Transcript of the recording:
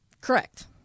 Correct